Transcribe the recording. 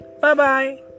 bye-bye